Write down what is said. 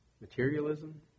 materialism